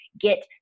get